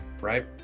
right